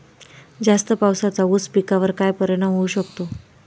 जास्त पावसाचा ऊस पिकावर काय परिणाम होऊ शकतो?